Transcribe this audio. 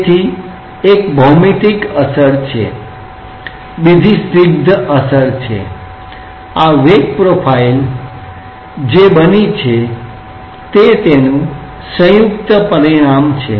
તેથી એક ભૌમિતિક અસર છે બીજી સ્નિગ્ધ અસર છે અને આ વેગ પ્રોફાઇલ જે બની છે એ તેનુ સંયુક્ત પરિણામ છે